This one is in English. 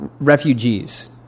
refugees